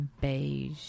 Beige